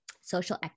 social